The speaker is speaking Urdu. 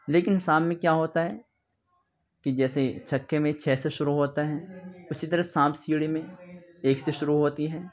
لیکن سانپ میں کیا ہوتا ہے کہ جیسے چھکے میں چھ سے شروع ہوتا ہے اسی طرح سانپ سیڑھی میں ایک سے شروع ہوتی ہے